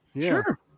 Sure